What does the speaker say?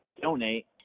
donate